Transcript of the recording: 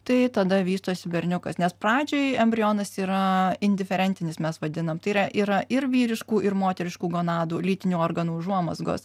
tai tada vystosi berniukas nes pradžioj embrionas yra indiferentinis mes vadinam tai yra yra ir vyriškų ir moteriškų gonadų lytinių organų užuomazgos